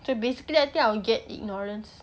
so basically I think I will get ignorance